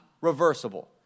reversible